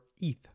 ETH